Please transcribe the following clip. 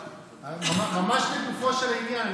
ממש לגופו של עניין,